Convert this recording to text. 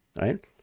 right